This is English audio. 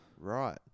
Right